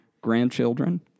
grandchildren